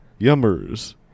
yummers